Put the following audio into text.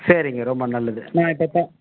சரிங்க ரொம்ப நல்லது நான் இப்போ தான்